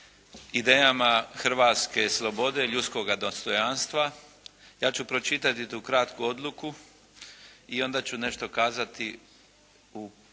idejama hrvatske slobode, ljudskoga dostojanstva. Ja ću pročitati tu kratku odluku i onda ću nešto kazati u jednom